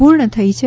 પૂર્ણ થઈ છે